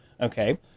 Okay